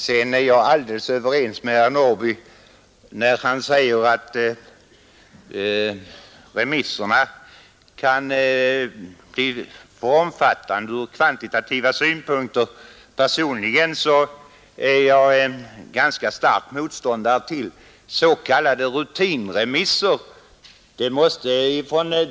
Sedan är jag alldeles överens med herr Norrby när han säger att remisserna kan bli för omfattande ur kvantitativa synpunkter. Personligen är jag ganska stark motståndare till onödiga remisser.